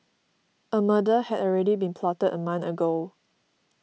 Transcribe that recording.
a murder had already been plotted a month ago